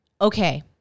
okay